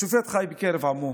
השופט חי בקרב עמו,